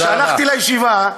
כשהלכתי לישיבה,